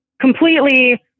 completely